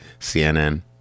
CNN